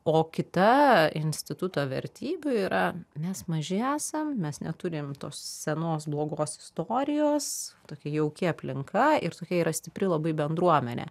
o kita instituto vertybių yra mes maži esam mes neturim tos senos blogos istorijos tokia jauki aplinka ir tokia yra stipri labai bendruomenė